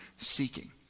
seeking